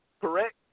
correct